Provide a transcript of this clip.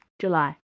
July